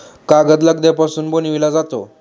कागद लगद्यापासून बनविला जातो